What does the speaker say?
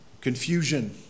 confusion